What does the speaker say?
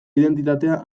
identitatea